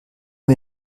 wir